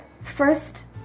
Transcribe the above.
first